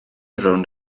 rownd